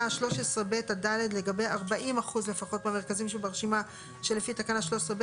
13(ב) עד (ד) לגבי 40% לפחות מהמרכזים שברשימה שלפי תקנה 13(ב),